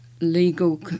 legal